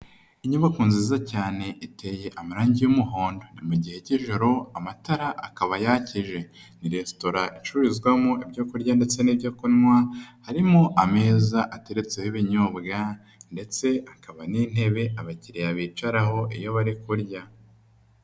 Inyubako nziza cyane iteye amarangi y'umuhondo, mu gihe cy'ijoro amatara akaba yakije. Ni resitora icururizwamo ibyo kurya ndetse n'ibyo kunywa, harimo ameza ateretseho ibinyobwa ndetse hakaba n'intebe abakiriya bicaraho iyo bari kurya.